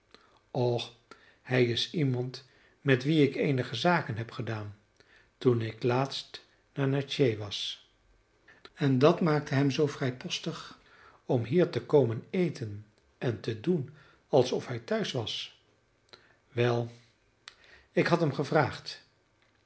och hij is iemand met wien ik eenige zaken heb gedaan toen ik laatst naar natchez was en dat maakte hem zoo vrijpostig om hier te komen eten en te doen alsof hij thuis was wel ik had hem gevraagd ik